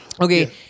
Okay